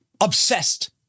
obsessed